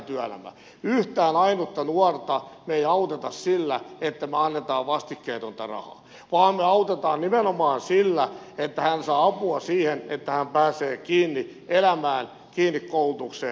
yhtään ainutta nuorta me emme auta sillä että me annamme vastikkeetonta rahaa vaan me autamme nimenomaan antamalla apua siihen että hän pääsee kiinni elämään kiinni koulutukseen ja kiinni työelämään